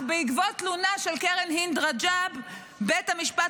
אך בעקבות תלונה של קרן הינד רג'ב בית המשפט